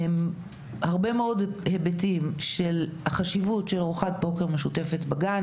הרבה מאוד היבטים של החשיבות של ארוחת בוקר משותפת בגן,